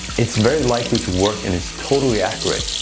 it's very likely to work and it's totally accurate.